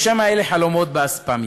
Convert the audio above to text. או שמא אלה חלומות באספמיה.